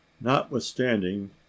Notwithstanding